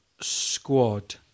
squad